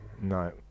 no